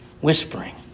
whispering